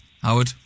Howard